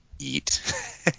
eat